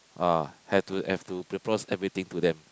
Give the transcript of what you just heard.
ah have to have to propose everything to them